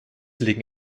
liegen